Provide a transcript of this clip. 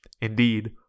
Indeed